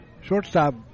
shortstop